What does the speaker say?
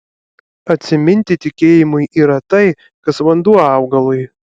atsiminti tikėjimui yra tai kas vanduo augalui